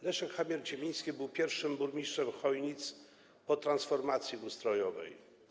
Leszek Chamier-Ciemiński był pierwszym burmistrzem Chojnic po transformacji ustrojowej.